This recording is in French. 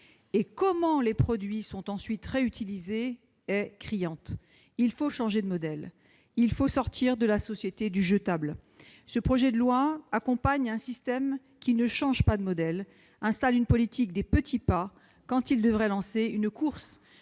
dont ces produits sont réutilisés est criante. Il faut changer de modèle, sortir de la société du jetable. Or ce projet de loi accompagne un système qui ne change pas de modèle ; il installe une politique des petits pas, quand il devrait lancer une course.